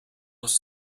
was